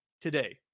today